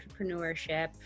entrepreneurship